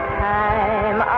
time